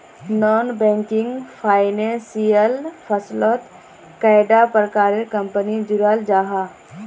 Non banking financial फसलोत कैडा प्रकारेर कंपनी जुराल जाहा?